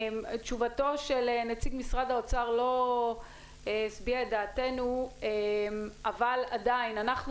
שתשובתו של נציג משרד האוצר לא השביעה את דעתנו אבל עדין אנחנו,